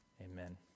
amen